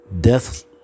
death